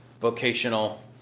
vocational